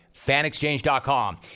FanExchange.com